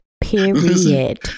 Period